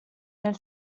nel